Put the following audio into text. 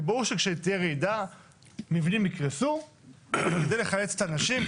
כי ברור שכשתהיה רעידה מבנים יקרסו וכדי לחלץ את האנשים,